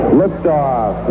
liftoff